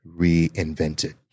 reinvented